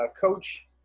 Coach